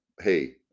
Hey